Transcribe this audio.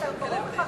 כי ברור לך,